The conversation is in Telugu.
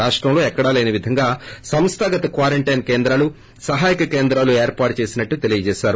రాష్టంలో ఎక్కడాలేని విధంగా సంస్గాగత క్వారంటీన్ కేంద్రాలు సహాయక కేంద్రాలు ఏర్పాటు చేసా్మని తెలిపారు